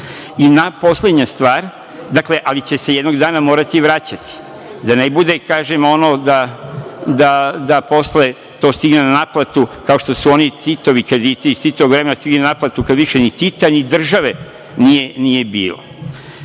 podizati kredite, ali će se jednog dana morati i vraćati, da ne bude, kažem ono da posle to stigne na naplatu, kao što su oni Titovi krediti iz Titovog vremena stigli na naplatu kad više ni Tita ni države nije